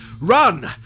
Run